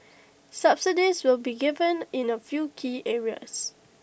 subsidies will be given in A few key areas